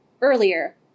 earlier